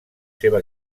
seva